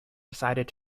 decided